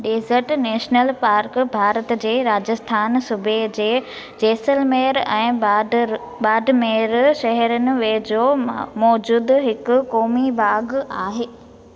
dessert national park Bharat जे राजस्थान सूबे जे जैसलमेरु ऐं बाड बाडमेरु शहरनि वेझो मौजूदु हिकु क़ौमी बाग़ु आहे